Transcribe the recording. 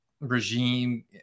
regime